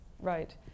Right